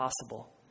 possible